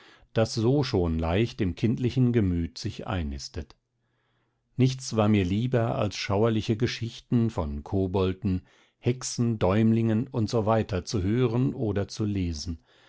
das so schon leicht im kindlichen gemüt sich einnistet nichts war mir lieber als schauerliche geschichten von kobolten hexen däumlingen usw zu hören oder zu lesen